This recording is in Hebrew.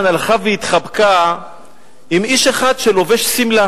הלכה והתחבקה עם איש אחד שלובש שמלה.